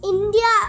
India